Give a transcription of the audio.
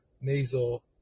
nasal